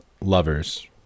lovers